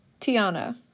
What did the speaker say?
Tiana